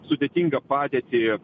sudėtingą padėtį